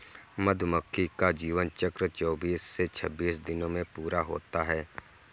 मधुमक्खी का जीवन चक्र चौबीस से छब्बीस दिनों में पूरा होता है